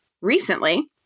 recently